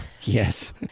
Yes